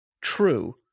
true